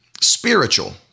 spiritual